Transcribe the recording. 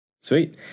Sweet